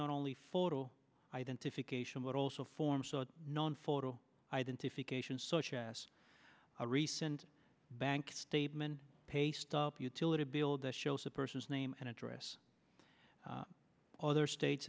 not only photo identification but also forms so non photo identification such as a recent bank statement paste up utility bill that shows a person's name and address other states